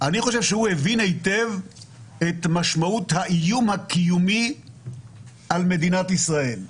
אני חושב שהוא הבין היטב את משמעות האיום הקיומי על מדינת ישראל.